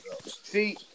See